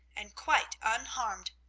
and quite unharmed.